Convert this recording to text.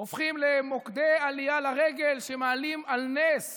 הופכים למוקדי עלייה לרגל, ומעלים על נס